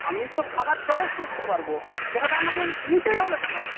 আমি তো খাবার চয়েস করতে পারব সেখানে আমাকে নিতেই হবে কেন